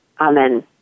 Amen